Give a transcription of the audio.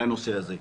על הנושא הזה.